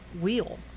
wheel